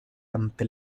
ante